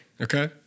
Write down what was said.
Okay